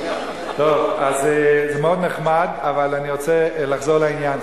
טוב, אז זה מאוד נחמד, אבל אני רוצה לחזור לעניין.